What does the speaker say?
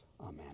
amen